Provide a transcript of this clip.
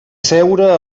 seure